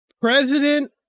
president